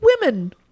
women